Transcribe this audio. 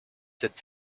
sept